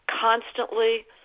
constantly